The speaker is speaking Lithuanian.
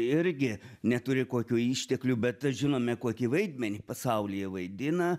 irgi neturi kokių išteklių bet žinome kokį vaidmenį pasaulyje vaidina